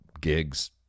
gigs